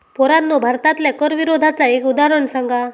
पोरांनो भारतातल्या कर विरोधाचा एक उदाहरण सांगा